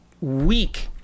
week